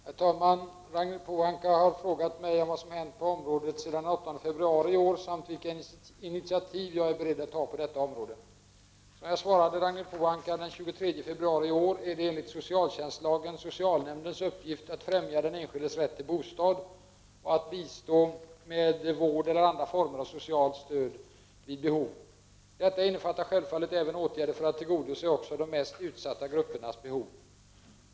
Herr talman! Ragnhild Pohanka har frågat mig vad som hänt på området sedan den 8 februari i år samt vilka initiativ jag är beredd att ta på detta område. Som jag svarade Ragnhild Pohanka den 23 februari i år är det enligt socialtjänstlagen socialnämndens uppgift att främja den enskildes rätt till bostad och att bistå med vård eller andra former av socialt stöd vid behov. Detta innefattar självfallet även åtgärder för att tillgodose också de mest utsatta gruppernas behov.